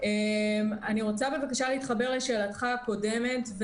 אני רוצה להתחבר לשאלתך הקודמת,